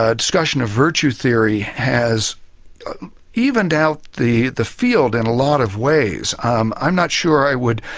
ah discussion of virtue theory has evened out the the field in a lot of ways. um i'm not sure i would